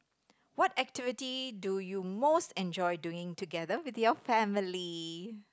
what activity do you most enjoy doing together with your family